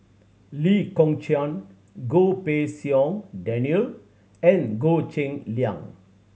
Lee Kong Chian Goh Pei Siong Daniel and Goh Cheng Liang